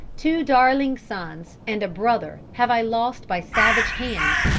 two darling sons and a brother have i lost by savage hands,